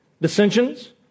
Dissensions